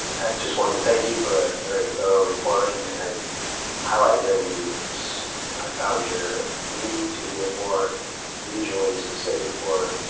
just wanted to thank you for a very thorough report. and i highlight that we i found your need to get more regionally specific for,